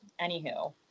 anywho